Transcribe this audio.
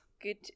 Good